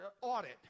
audit